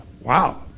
Wow